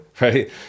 right